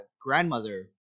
grandmother